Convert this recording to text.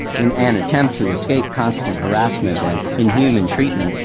in an attempt to escape constant harassment and inhuman treatment,